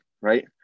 right